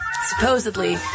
Supposedly